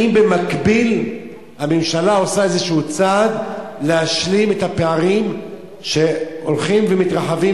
האם במקביל הממשלה עושה איזה צעד להשלים את הפערים שהולכים ומתרחבים,